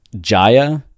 Jaya